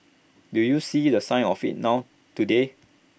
do you see the signs of IT now today